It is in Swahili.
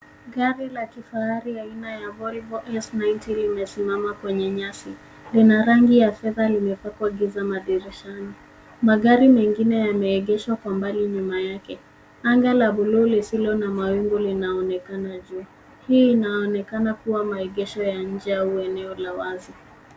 Gari ya kifahari aina ya Volvo S90 limesimama kwenye nyasi. Una rangi ya fedha, limepakwa giza madirishani. Magari mengine yameegeshwa kwa mbali nyuma yake. Anga la buluu lisilo na mawingu linaonekana juu. Hii inaonekana kuwa maegesho ya nje au eneo la wazi.